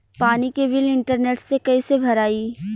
पानी के bill internet से कइसे भराई?